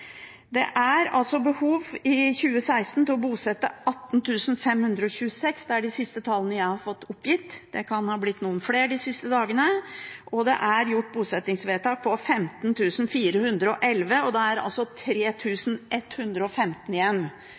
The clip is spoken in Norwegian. Det er behov i 2016 for å bosette 18 526 – det er de siste tallene jeg har fått oppgitt, det kan ha blitt noen flere de siste dagene – og det er gjort bosettingsvedtak på 15 411. Det er altså 3 115 igjen,